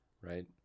right